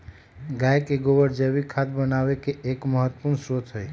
गाय के गोबर जैविक खाद बनावे के एक महत्वपूर्ण स्रोत हई